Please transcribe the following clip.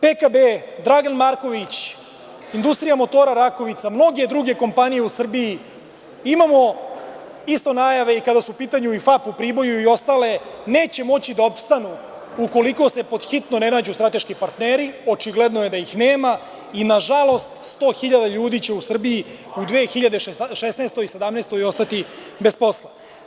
Dakle, PKB, „Dragan Marković“, IMR i mnoge druge kompanije u Srbiji, imamo najave i kada je u pitanju FAP u Priboju i ostale, jer neće moći da opstanu, ukoliko se pod hitno ne nađu strateški partneri, a očigledno je da ih nema i nažalost, 100.000 ljudi će u Srbiji u 2016. i 2017. godini ostati bez posla.